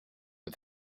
but